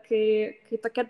kai kai tokie